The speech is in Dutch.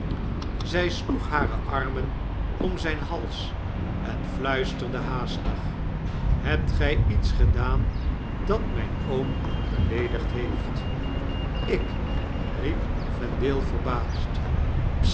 zy sloeg hare armen om zyn hals en fluisterde haastig hebt gij iets gedaan dat myn oom beleedigd heeft ikf riep vendale verbaasd